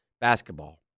basketball